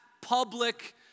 public